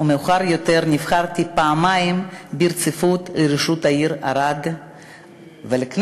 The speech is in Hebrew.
ומאוחר יותר נבחרתי פעמיים ברציפות לראשות העיר ערד ולכנסת.